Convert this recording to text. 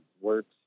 works